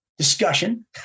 discussion